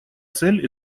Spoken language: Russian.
цель